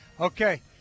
Okay